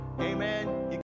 amen